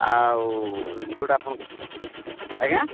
ଆଉ ଯୋଉଟା ଆପଣ ଆଜ୍ଞା